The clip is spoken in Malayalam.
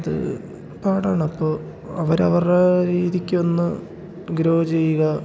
അത് പാടാണ് അപ്പോൾ അവരവരുടെ രീതിയ്ക്കൊന്ന് ഗ്രോ ചെയ്യുക